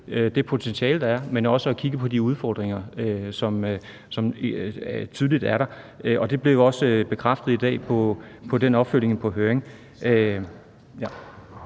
det potentiale, der er, men også at kigge på de udfordringer, som tydeligt er der. Og det blev jo også bekræftet i dag med den opfølgning på høringen.